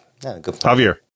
Javier